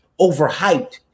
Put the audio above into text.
overhyped